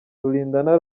rulindana